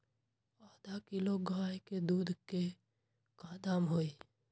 आधा किलो गाय के दूध के का दाम होई?